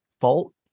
fault